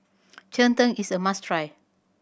cheng tng is a must try